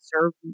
serve